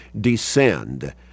descend